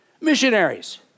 Missionaries